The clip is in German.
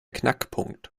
knackpunkt